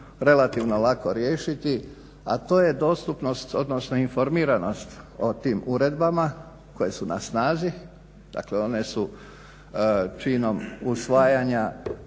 relativno lako riješiti a to je dostupnost odnosno informiranost o tim uredbama koje su na snazi, dakle one su činom usvajanja